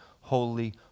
holy